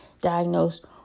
diagnosed